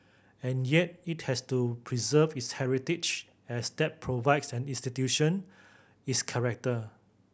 and yet it has to preserve its heritage as that provides an institution its character